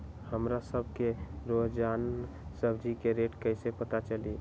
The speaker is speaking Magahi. हमरा सब के रोजान सब्जी के रेट कईसे पता चली?